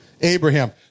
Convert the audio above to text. Abraham